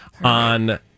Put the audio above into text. on